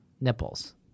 Nipples